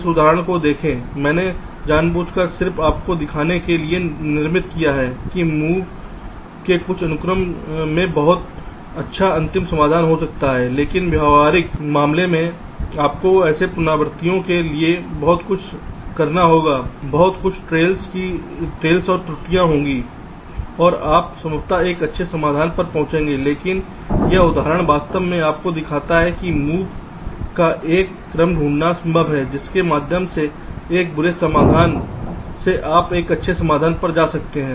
इस उदाहरण को देखें मैंने जानबूझकर सिर्फ आपको यह दिखाने के लिए निर्मित किया है कि मूव के कुछ अनुक्रम में बहुत अच्छा अंतिम समाधान हो सकता है लेकिन व्यावहारिक संदर्भ समय 2839 मामले में आपको ऐसे पुनरावृत्तियों के लिए बहुत कुछ करना होगा बहुत कुछ ट्रेल्स और त्रुटियों होगी और आप संभवतः एक अच्छे समाधान पर पहुंचेंगे लेकिन यह उदाहरण वास्तव में आपको दिखाता है कि मूव का एक क्रम ढूंढना संभव है जिसके माध्यम से एक बुरे समाधान से आप एक अच्छे समाधान पर जा सकते हैं